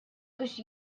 biex